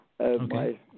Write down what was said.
Okay